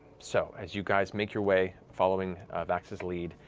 so as you guys make your way, following vax's lead,